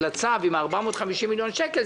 של הצו עם 450 מיליון שקל,